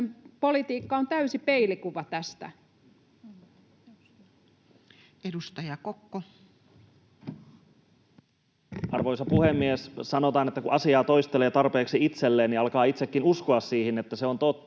politiikka on täysi peilikuva tästä. Edustaja Kokko. Arvoisa puhemies! Sanotaan, että kun asiaa toistelee tarpeeksi itselleen, niin alkaa itsekin uskoa siihen, että se on totta.